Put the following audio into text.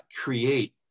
create